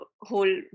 whole